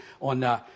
on